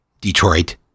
Detroit